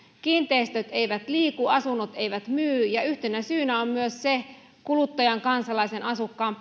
kiinteistöt eivät liiku asunnot eivät myy yhtenä syynä on myös kuluttajan kansalaisen asukkaan